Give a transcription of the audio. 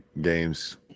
games